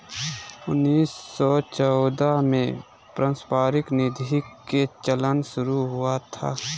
उन्नीस सौ चौदह में पारस्परिक निधि के चलन शुरू हुआ था